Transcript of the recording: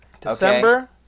December